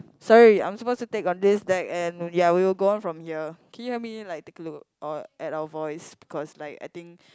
sorry I'm supposed to take on this deck and ya we will go on from here can you help me like take a look or at our voice because like I think